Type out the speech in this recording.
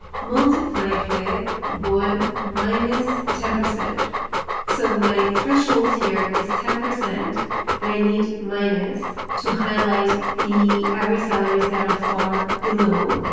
multiply it with one minus ten. so my threshold here is ten percent and i need minus to highlight the average salaries that are far below,